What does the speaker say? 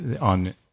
on